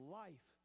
life